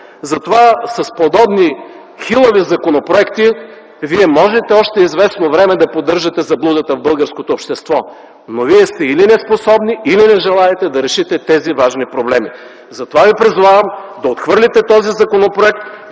въпроси. С подобни хилави законопроекти можете още известно време да поддържате заблудата в българското общество, но вие сте или неспособни, или не желаете да решите тези важни проблеми. Затова ви призовавам да отхвърлите този законопроект,